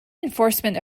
enforcement